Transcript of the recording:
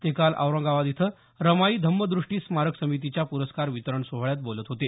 ते काल औरंगाबाद इथं रमाई धम्मद्रष्टी स्मारक समितीच्या पुरस्कार वितरण सोहळ्यात बोलत होते